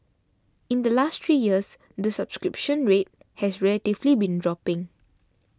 in the last three years the subscription rate has relatively been dropping